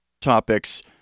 topics